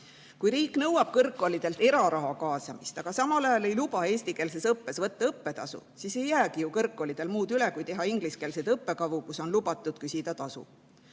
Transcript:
Kui riik nõuab kõrgkoolidelt eraraha kaasamist, aga samal ajal ei luba eestikeelses õppes võtta õppetasu, siis ei jäägi ju kõrgkoolidel muud üle kui teha ingliskeelseid õppekavu, kus on lubatud küsida tasu.